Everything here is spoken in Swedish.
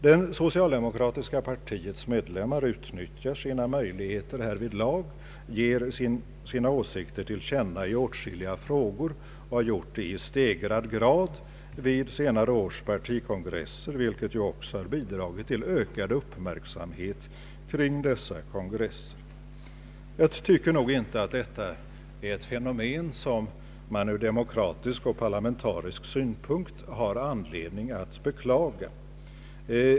Det socialdemokratiska partiets medlemmar utnyttjar sina möjligheter härvidlag, ger sina åsikter till känna i åtskilliga frågor, och har gjort det i stegrad utsträckning vid senare års partikongresser, vilket också bidragit till ökad uppmärksamhet kring dessa kongresser. Jag tycker inte att detta är ett fenomen som man ur demokratisk och parlamentarisk synpunkt har anledning att beklaga.